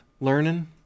learning